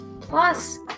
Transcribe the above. Plus